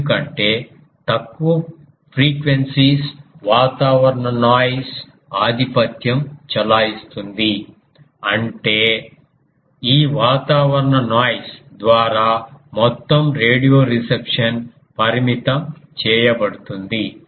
ఎందుకంటే తక్కువ పౌనపున్యాలు వాతావరణ నాయిస్ ఆధిపత్యం చెలాయిస్తుంది అంటే ఈ వాతావరణ నాయిస్ ద్వారా మొత్తం రేడియో రిసెప్షన్ పరిమితం చేయబడుతుంది